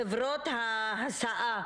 חברות ההסעה